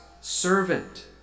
servant